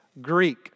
Greek